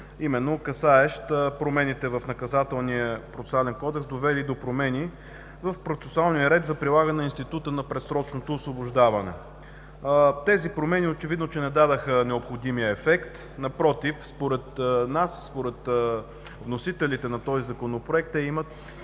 именно касаещ промените в Наказателно-процесуалния кодекс, довели до промени в процесуалния ред за прилагане института на предсрочното освобождаване. Тези промени очевидно, че не дадоха необходимия ефект. Напротив, според нас, според вносителите на този Законопроект те имат